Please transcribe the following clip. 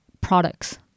products